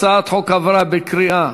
הצעת החוק עברה בקריאה